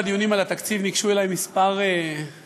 בדיונים על התקציב ניגשו אלי כמה יתומים,